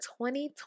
2020